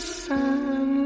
sun